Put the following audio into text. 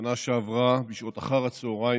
בשנה שעברה, בשעות אחר הצוהריים,